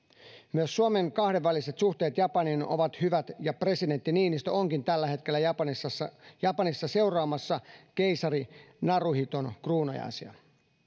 myös suomen kahdenväliset suhteet japaniin ovat hyvät ja presidentti niinistö onkin tällä hetkellä japanissa seuraamassa keisari naruhiton kruunajaisia